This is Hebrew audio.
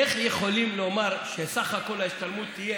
איך יכולים לומר שסך הכול ההשתלמות יהיה